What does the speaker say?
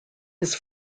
his